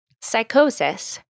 psychosis